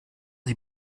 sie